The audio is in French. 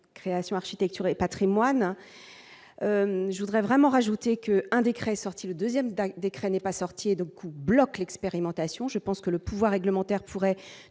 création Architecture et Patrimoine, je voudrais vraiment rajouter que un décret sorti le 2ème d'un décret n'est pas sorti et donc ou bloquent l'expérimentation, je pense que le pouvoir réglementaire pourrait